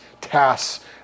tasks